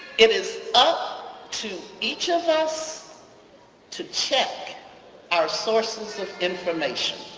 it is up to each of us to check our sources of information.